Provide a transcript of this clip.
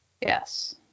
Yes